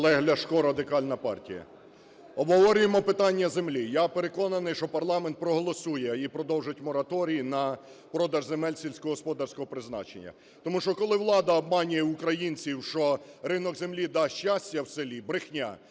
Олег Ляшко, Радикальна партія. Обговорюємо питання землі, я переконаний, що парламент проголосує і продовжить мораторій на продаж земель сільськогосподарського призначення, тому що, коли влада обманює українців, що ринок землі дасть щастя в селі, - брехня,